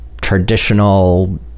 traditional